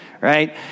Right